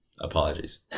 apologies